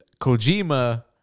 Kojima